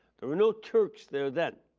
there were no turks there then.